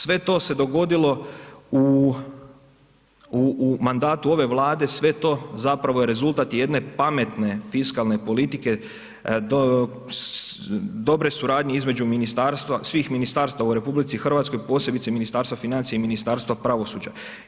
Sve to se dogodilo u mandatu ove Vlade, sve to zapravo je rezultat jedne pametne fiskalne politike, dobre suradnje između ministarstva, svih ministarstva u RH, posebice Ministarstva financija i Ministarstva pravosuđa.